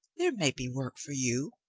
there may be work for you.